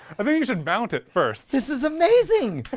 i mean you should mount it first. this is amazing.